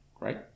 Right